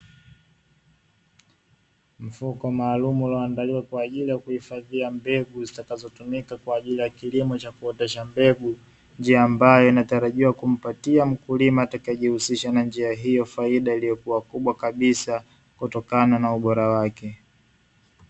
Mfuko maalumu ulioandaliwa kwa ajili ya kuhifadhia mbegu zitakazotumika kwa ajili ya kilimo cha kuotesha mbegu, njia ambayo inatarajiwa kumpatia mkulima atakayejihusisha na njia hiyo faida iliyokuwa kubwa kabisa kutokana na ubora wake.